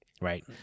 right